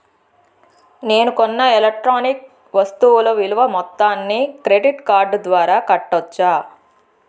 నేను కొన్న ఎలక్ట్రానిక్ వస్తువుల విలువ మొత్తాన్ని క్రెడిట్ కార్డు ద్వారా కట్టొచ్చా?